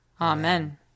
Amen